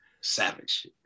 Savage